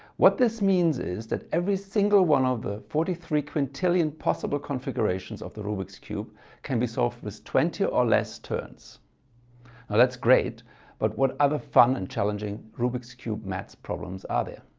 what this means is that every single one of the forty three quintillion possible configurations of the rubik's cube can be solved with twenty or or less turns. now that's great but what other fun and challenging rubik's cube maths problems are there?